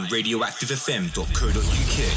RadioactiveFM.co.uk